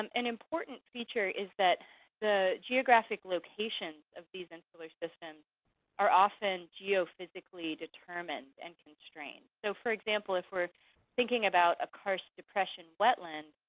um an important feature is that the geographic locations of these insular systems are often geophysically determined and constrained. so for example, if we're thinking about a karst depression wetland,